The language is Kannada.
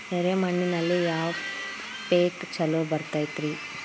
ಎರೆ ಮಣ್ಣಿನಲ್ಲಿ ಯಾವ ಪೇಕ್ ಛಲೋ ಬರತೈತ್ರಿ?